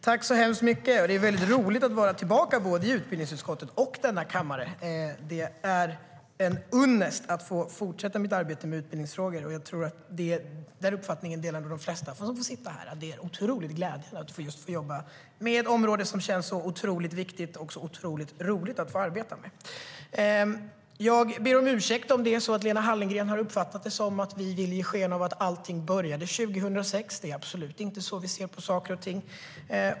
Herr talman! Det är väldigt roligt att vara tillbaka i utbildningsutskottet och denna kammare. Det är en ynnest att få fortsätta mitt arbete med utbildningsfrågor, och jag tror att den uppfattningen delas av de flesta som sitter här. Det är otroligt glädjande att få jobba med ett område som känns så viktigt och roligt att arbeta med. Jag ber om ursäkt om det är så att Lena Hallengren har uppfattat det som att vi vill ge sken av att allting började 2006. Det är absolut inte så vi ser på saker och ting.